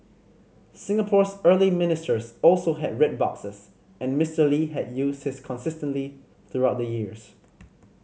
Singapore's early ministers also had red boxes and Mister Lee had used his consistently through the years